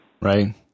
Right